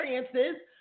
experiences